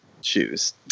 choose